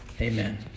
Amen